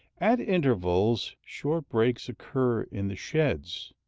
at intervals short breaks occur in the sheds,